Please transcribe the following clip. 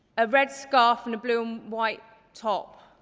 a red scarf and a blue and white top.